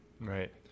Right